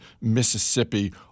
Mississippi